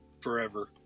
forever